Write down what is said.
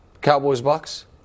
Cowboys-Bucks